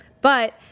But-